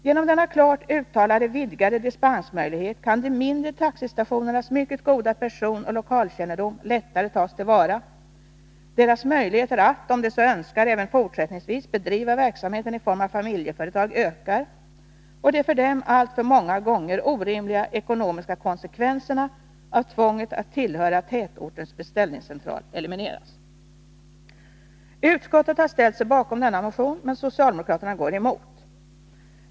Genom denna klart uttalade vidgade dispensmöjlighet kan de mindre taxistationernas mycket goda personoch lokalkännedom lättare tas till vara, deras möjligheter att, om de så önskar, även fortsättningsvis bedriva verksamheten i form av familjeföretag ökar, och de för dem alltför många gånger orimliga ekonomiska konsekvenserna av tvånget att tillhöra tätortens beställningscentral elimineras. Utskottet har ställt sig bakom denna motion men socialdemokraterna går emot.